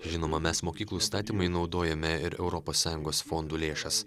žinoma mes mokyklų statymui naudojame ir europos sąjungos fondų lėšas